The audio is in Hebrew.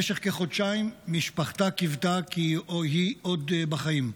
במשך כחודשיים משפחתה קיוותה כי היא עוד בחיים.